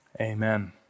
Amen